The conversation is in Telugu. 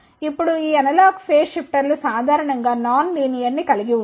ఇప్పుడు ఈ అనలాగ్ ఫేస్ షిఫ్టర్లు సాధారణంగా నాన్ లీనియర్ గా ఉంటాయి